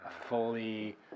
fully